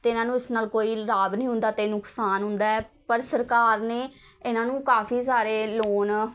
ਅਤੇ ਇਹਨਾਂ ਨੂੰ ਉਸ ਨਾਲ ਕੋਈ ਲਾਭ ਨਹੀਂ ਹੁੰਦਾ ਹੈ ਅਤੇ ਨੁਕਸਾਨ ਹੁੰਦਾ ਪਰ ਸਰਕਾਰ ਨੇ ਇਹਨਾਂ ਨੂੰ ਕਾਫ਼ੀ ਸਾਰੇ ਲੋਨ